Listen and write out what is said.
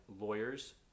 lawyers